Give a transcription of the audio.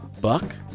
Buck